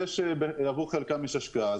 עבור חלקם יש מחזור השקעה.